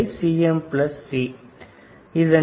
0110 12 9